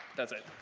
that's it.